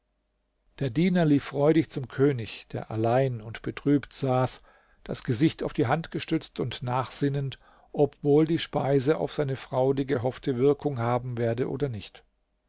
der diener lief freudig zum könig der allein und betrübt saß das gesicht auf die hand gestützt und nachsinnend ob wohl die speise auf seine frau die gehoffte wirkung haben werde oder nicht